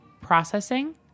processing